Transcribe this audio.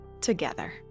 together